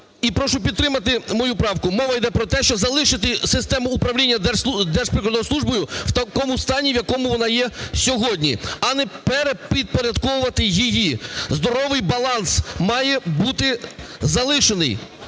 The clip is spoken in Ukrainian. І прошу підтримати мою правку. Мова йде про те, щоб залишити систему управління Держприкордонслужбою в такому стані, в якому вона є сьогодні, а не перепідпорядковувати її. Здоровий баланс має бути залишений.